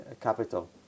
capital